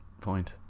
point